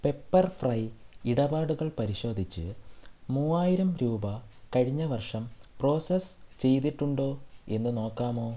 pepper fry ഇടപാടുകൾ പരിശോധിച്ച് മൂവായിരം രൂപ കഴിഞ്ഞ വർഷം പ്രോസസ്സ് ചെയ്തിട്ടുണ്ടോ എന്ന് നോക്കാമോ